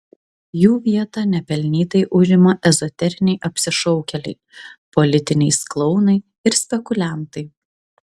jų vietą nepelnytai užima ezoteriniai apsišaukėliai politiniais klounai ir spekuliantai